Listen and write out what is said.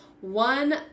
one